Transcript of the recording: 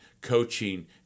coaching